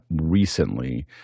recently